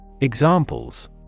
Examples